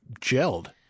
gelled